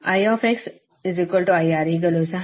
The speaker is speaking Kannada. ಈಗ x 0 I IR ಆಗಲೂ ಸಹ